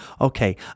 Okay